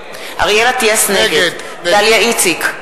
נגד דליה איציק,